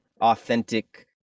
authentic